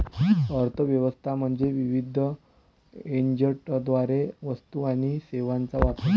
अर्थ व्यवस्था म्हणजे विविध एजंटद्वारे वस्तू आणि सेवांचा वापर